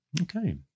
okay